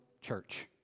church